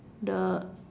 the